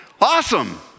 Awesome